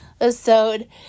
episode